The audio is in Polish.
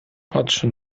patrzy